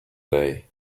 day